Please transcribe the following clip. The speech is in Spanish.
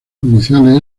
judiciales